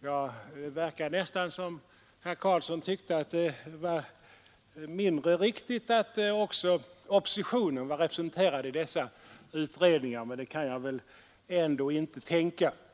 Det verkar nästan som om herr Karlsson tyckte att det var mindre viktigt att också oppositionen var representerad i dessa utredningar, men det kan jag väl ändå inte tro att han menar.